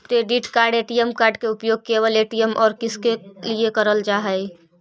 Credit card ATM card के उपयोग केवल ए.टी.एम और किसके के लिए करल जा है?